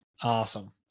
Awesome